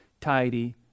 tidy